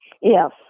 Yes